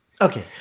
Okay